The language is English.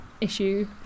issue